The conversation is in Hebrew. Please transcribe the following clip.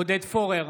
עודד פורר,